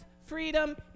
freedom